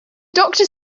doctor